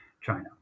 China